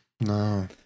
no